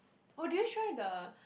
oh did you try the